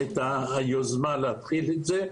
הייתה יוזמה להתחיל עם זה,